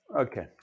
okay